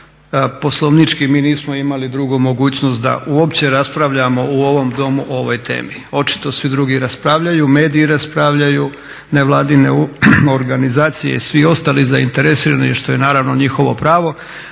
poslovnički mi nismo imali drugu mogućnost da uopće raspravljamo u ovom Domu o ovoj temi. Očito svi drugi raspravljaju, mediji raspravljaju, nevladine organizacije i svi ostali zainteresirani što je naravno njihovo pravo.